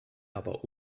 aber